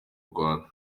rwanda